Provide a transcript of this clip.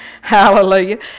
Hallelujah